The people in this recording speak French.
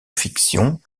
fiction